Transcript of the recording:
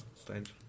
strange